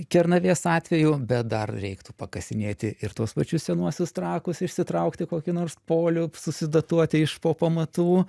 kernavės atveju bet dar reiktų pakasinėti ir tuos pačius senuosius trakus išsitraukti kokį nors polių susidatuoti iš po pamatų